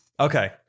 Okay